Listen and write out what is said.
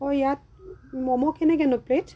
অঁ ইয়াত মমো কেনেকৈনো প্লেট